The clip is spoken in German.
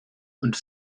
und